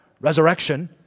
resurrection